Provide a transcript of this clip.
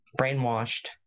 brainwashed